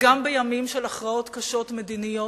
וגם בימים של הכרעות קשות, מדיניות,